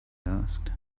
asked